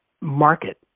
market